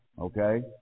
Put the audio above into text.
Okay